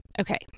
Okay